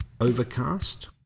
Overcast